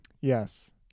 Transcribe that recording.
Yes